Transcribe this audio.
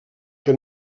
que